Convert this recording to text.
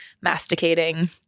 masticating